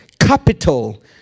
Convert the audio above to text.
capital